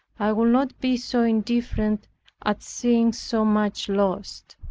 i would not be so indifferent at seeing so much lost.